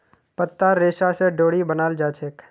पत्तार रेशा स डोरी बनाल जाछेक